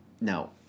no